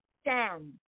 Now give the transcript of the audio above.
stand